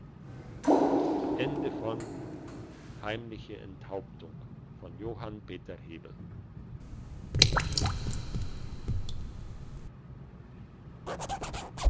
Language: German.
heimliche enthauptung hat